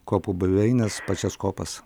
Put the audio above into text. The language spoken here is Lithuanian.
kopų buveines pačias kopas